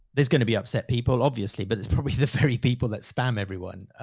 there's going to be upset people obviously, but it's probably the very people that spam everyone.